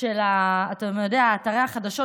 של אתרי החדשות,